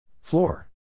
Floor